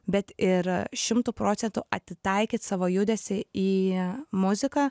bet ir šimtu procentų atitaikyt savo judesį į muziką